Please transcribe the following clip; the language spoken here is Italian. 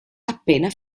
appena